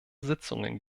sitzungen